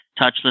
touchless